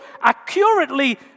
accurately